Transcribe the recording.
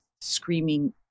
screaming